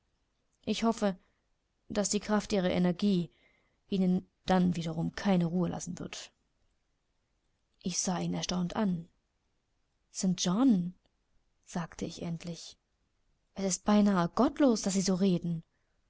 ich hoffe daß die kraft ihrer energie ihnen dann wiederum keine ruhe lassen wird ich sah ihn erstaunt an st john sagte ich endlich es ist beinahe gottlos daß sie so reden